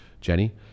Jenny